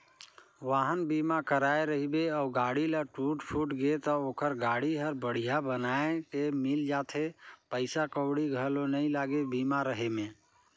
वाहन बीमा कराए रहिबे अउ गाड़ी ल टूट फूट गे त ओखर गाड़ी हर बड़िहा बनाये के मिल जाथे पइसा कउड़ी घलो नइ लागे बीमा रहें में